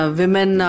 women